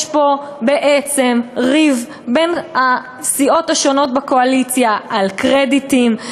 יש פה בעצם ריב בין הסיעות השונות בקואליציה על קרדיטים,